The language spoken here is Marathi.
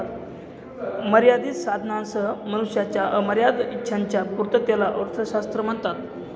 मर्यादित साधनांसह मनुष्याच्या अमर्याद इच्छांच्या पूर्ततेला अर्थशास्त्र म्हणतात